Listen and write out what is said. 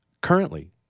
Currently